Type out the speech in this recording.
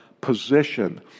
position